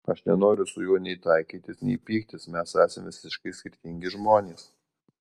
aš nenoriu su juo nei taikytis nei pyktis mes esame visiškai skirtingi žmonės